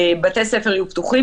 בתי ספר יהיו פתוחים,